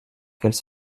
qu’elle